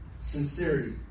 Sincerity